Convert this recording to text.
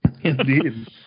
indeed